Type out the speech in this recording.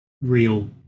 real